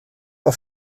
auf